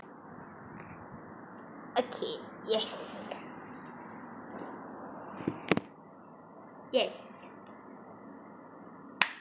okay yes yes